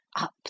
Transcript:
up